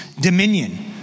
dominion